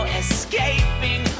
escaping